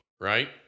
right